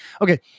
Okay